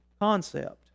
concept